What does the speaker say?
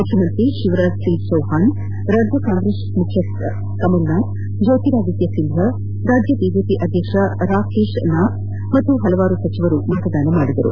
ಮುಖ್ಯಮಂತ್ರಿ ಶಿವರಾಜಸಿಂಗ್ ಚೌಹನ್ ರಾಜ್ಯ ಕಾಂಗ್ರೆಸ್ ಮುಖ್ಯಶ್ವೆ ಕಮಲನಾಥ್ ಜ್ಲೋತಿರಾದಿತ್ಲ ಸಿಂದ್ಲಾ ರಾಜ್ಯ ಬಿಜೆಪಿ ಅಧ್ಯಕ್ಷ ರಾಕೇಶ್ನಾಥ್ ಹಾಗೂ ಹಲವಾರು ಸಚಿವರು ಮತದಾನ ಮಾಡಿದರು